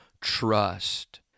trust